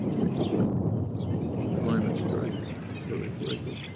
things like the climate strike, others like it.